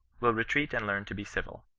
will retreat and learn to be civil.